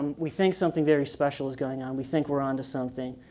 we think something very special's going on, we think we're onto something.